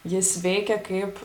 jis veikia kaip